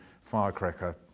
firecracker